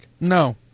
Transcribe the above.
No